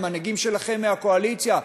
למנהיגים שלכם מהקואליציה,